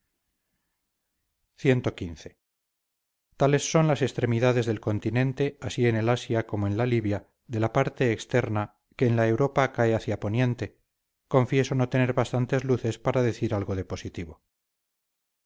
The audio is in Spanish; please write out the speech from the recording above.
cxv tales son las extremidades del continente así en el asia como en la libia de la parte extrema que en la europa cae hacia poniente confieso no tener bastantes luces para decir algo de positivo